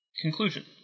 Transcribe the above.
Conclusion